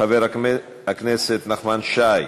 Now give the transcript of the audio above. חבר הכנסת נחמן שי,